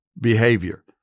Behavior